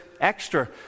extra